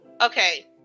okay